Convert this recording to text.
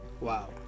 wow